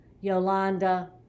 Yolanda